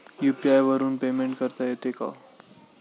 UPI वरून payment करता येते का?